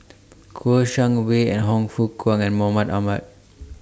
Kouo Shang Wei and Hon Fook Kwang and Mahmud Ahmad